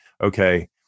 okay